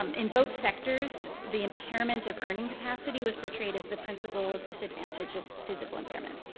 um in both sectors, the impairment of earning capacity was portrayed as the principal disadvantage of physical impairment.